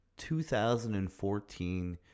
2014